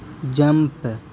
jump